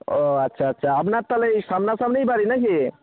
ও আচ্ছা আচ্ছা আপনার তাহলে এই সামনাসামনিই বাড়ি না কি